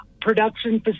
production